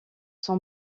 son